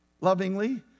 lovingly